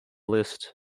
list